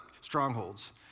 strongholds